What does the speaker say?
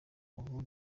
ubu